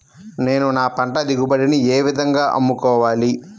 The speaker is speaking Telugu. నేను నా పంట దిగుబడిని ఏ విధంగా అమ్ముకోవాలి?